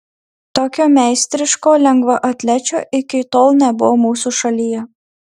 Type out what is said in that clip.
tokio meistriško lengvaatlečio iki tol nebuvo mūsų šalyje